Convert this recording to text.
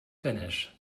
finish